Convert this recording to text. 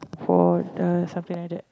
for the something like that